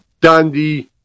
Dandy